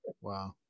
Wow